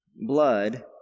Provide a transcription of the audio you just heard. blood